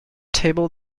table